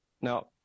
Now